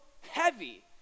heavy